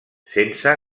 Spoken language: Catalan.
sense